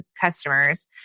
customers